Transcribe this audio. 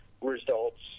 results